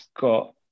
got